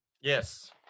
Yes